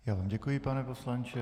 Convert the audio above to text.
Já vám děkuji, pane poslanče.